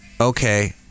Okay